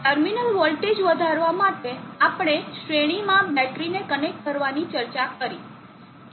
terminal voltage વધારવા માટે આપણે શ્રેણીમાં બેટરીને કનેક્ટ કરવાની ચર્ચા કરી